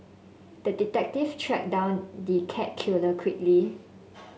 the detective tracked down the cat killer quickly